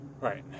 right